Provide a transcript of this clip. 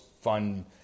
fun